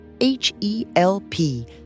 H-E-L-P